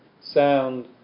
sound